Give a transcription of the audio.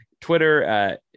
Twitter